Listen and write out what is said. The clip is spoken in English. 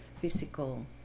physical